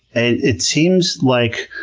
and it seems like